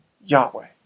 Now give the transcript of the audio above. Yahweh